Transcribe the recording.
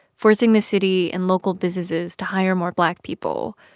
forcing the city and local businesses to hire more black people,